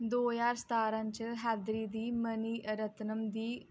दो ज्हार सत्तारां च हैदरी दी मणिरत्नम दी